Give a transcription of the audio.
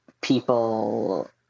People